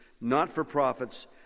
not-for-profits